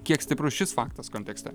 kiek stiprus šis faktas kontekste